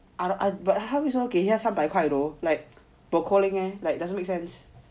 but 他为什么给他三百块 though like bo ko ling leh like doesn't make sense